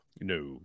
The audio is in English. No